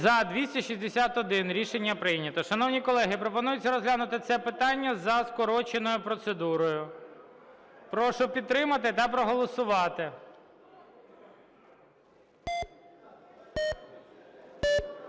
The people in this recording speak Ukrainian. За-261 Рішення прийнято. Шановні колеги, пропонується розглянути це питання за скороченою процедурою. Прошу підтримати та проголосувати.